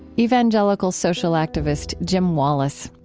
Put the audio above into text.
evangelical social activist jim wallis.